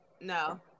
No